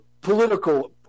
political